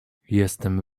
jestem